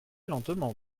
lentement